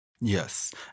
Yes